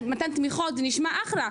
מתן תמיכות זה נשמע אחלה,